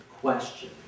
question